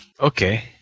okay